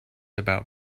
about